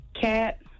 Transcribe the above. cat